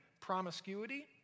promiscuity